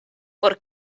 por